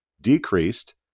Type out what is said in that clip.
decreased